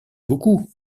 beaucoup